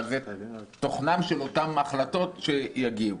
אבל זה תוכנן של אותן החלטות שיגיעו.